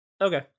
Okay